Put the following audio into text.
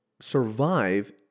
survive